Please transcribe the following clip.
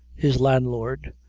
his landlord,